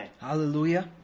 Hallelujah